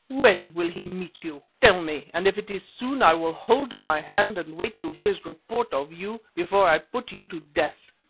when will he meet you? tell me, and if it is soon, i will hold my hand and wait to hear his report of you before i put you to death,